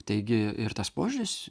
taigi ir tas požiūris